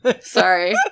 Sorry